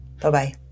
Bye-bye